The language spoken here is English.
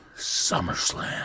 SummerSlam